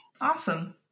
Awesome